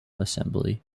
assembly